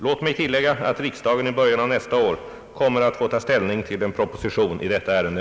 Låt mig tillägga att riksdagen i början av nästa år kommer att få ta ställning till en proposition i detta ärende.